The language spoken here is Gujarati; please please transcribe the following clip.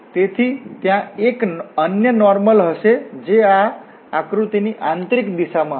તેથી ત્યાં એક અન્ય નોર્મલ હશે જે આ આકૃતિની આંતરિક દિશામાં હશે